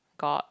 god